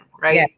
Right